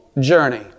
journey